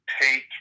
take